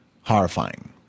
horrifying